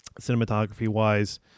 cinematography-wise